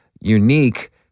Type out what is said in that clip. unique